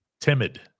timid